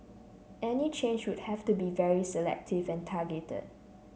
any change would have to be very selective and targeted